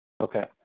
Okay